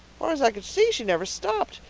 far's i could see she never stopped.